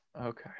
okay